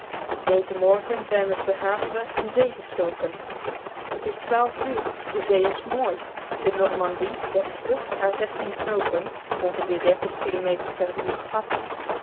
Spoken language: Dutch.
dezen morgen zijn we te hâvre in zee gestoken t is twaalf uur de zee is mooi de normandie legt vlug hare zestien knoopen ongeveer kilometers in het uur af